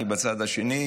אני בצד השני,